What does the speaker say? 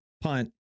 punt